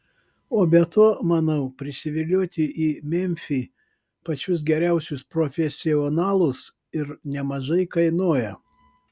o be to manau prisivilioti į memfį pačius geriausius profesionalus ir nemažai kainuoja